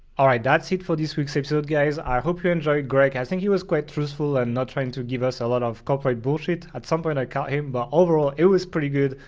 alright, that's it for this week's episode, guys. i hope you enjoyed greg i think he was quite truthful and not trying to give us a lot of corporate bullshit at some point i caught him but overall it was pretty good.